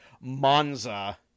Monza